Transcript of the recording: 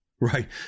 Right